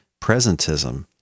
presentism